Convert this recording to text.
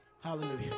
Hallelujah